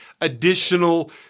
additional